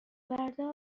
فردا